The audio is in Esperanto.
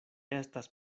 estas